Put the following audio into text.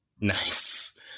Nice